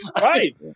Right